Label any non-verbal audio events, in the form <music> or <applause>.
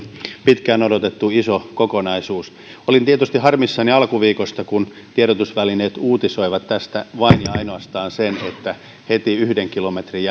pitkään odotettu iso kokonaisuus olin tietysti harmissani alkuviikosta kun tiedotusvälineet uutisoivat tästä vain ja ainoastaan sen että heti yhden kilometrin <unintelligible>